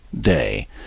day